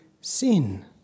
sin